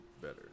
better